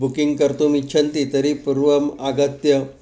booking कर्तुम् इच्छन्ति तर्हि पूर्वम् आगत्य